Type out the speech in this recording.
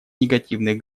негативных